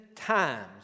Times